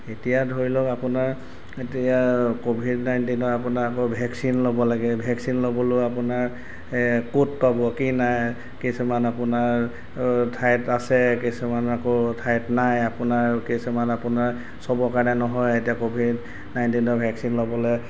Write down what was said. এতিয়া ধৰি লওঁক আপোনাৰ এতিয়া ক'ভিড নাইণ্টিনৰ আপোনাৰ আকৌ ভেকচিন ল'ব লাগে ভেকচিন ল'বলৈও আপোনাৰ ক'ত পাব কি নাই কিছুমান আপোনাৰ ঠাইত আছে কিছুমান আকৌ ঠাইত নাই আপোনাৰ কিছুমান আপোনাৰ চবৰ কাৰণে নহয় এতিয়া ক'ভিড নাইণ্টিনৰ ভেকচিন ল'বলৈ